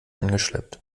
angeschleppt